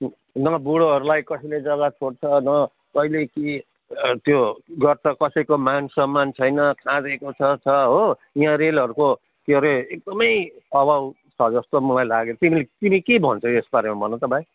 न बुढोहरूलाई कसैले जग्गा छोड्छ न कहिले के त्यो गर्छ कसैको मानसम्मान छैन खाँदेको छ छ हो यहाँ रेलहरूको क्या अरे एकदमै अभाव छ जस्तो मलाई लाग्यो तिमीले तिमी के भन्छौ यसबारेमा भन त भाइ